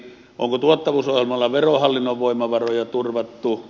onko tuottavuusohjelmalla verohallinnon voimavaroja turvattu